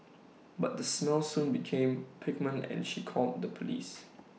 but the smell soon became pungent and she called the Police